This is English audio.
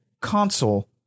console